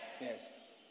Yes